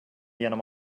genom